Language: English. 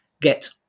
get